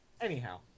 Anyhow